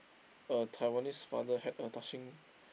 a Taiwanese father had a touching